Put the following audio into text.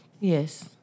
Yes